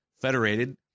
Federated